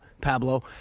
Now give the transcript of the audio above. Pablo